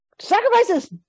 Sacrifices